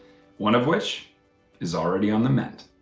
one of which is already on the mend.